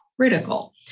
critical